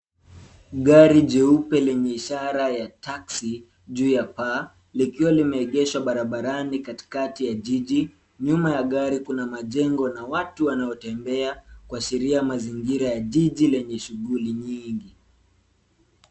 Gari jeupe lenye ishara ya Taxi juu ya paa, likiwa limeegeshwa barabarani katikati ya jiji. Nyuma ya gari kuna majengo na watu wanaotembea, kuashiria mazingira ya jiji lenye shughuli nyingi.